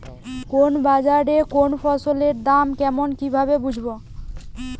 কোন বাজারে কোন ফসলের দাম কেমন কি ভাবে বুঝব?